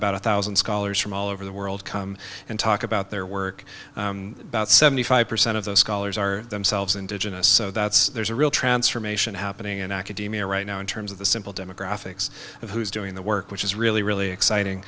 about a thousand scholars from all over the world come and talk about their work about seventy five percent of the scholars are themselves indigenous so that's there's a real transformation happening in academia right now in terms of the simple demographics of who's doing the work which is really really exciting